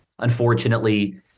unfortunately